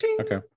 Okay